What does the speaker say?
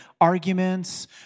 arguments